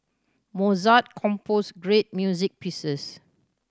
Mozart composed great music pieces